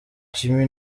jimmy